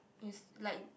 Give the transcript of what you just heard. is like